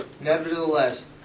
Nevertheless